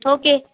okay